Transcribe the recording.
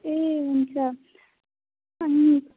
ए हुन्छ अनि